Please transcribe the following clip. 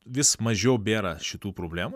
vis mažiau bėra šitų problemų